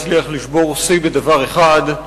הצליח לשבור שיא בדבר אחד,